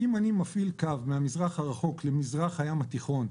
אם אני מפעיל קו מהמזרח הרחוק למזרח הים התיכון,